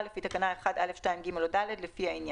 לפי תקנה כאילו אושרה לפי תקנה 1א(2)(ג) או (ד) לפי העניין".